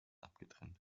abgetrennt